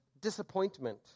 disappointment